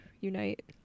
unite